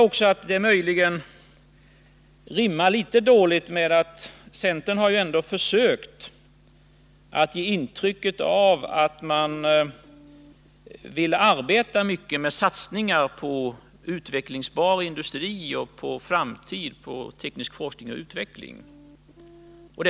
Centern har ju ändå försökt ge intryck av att man vill arbeta mycket med satsningar på utvecklingsbar industri och på teknisk forskning och utveckling.